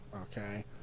okay